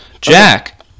Jack